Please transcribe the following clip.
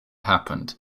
happened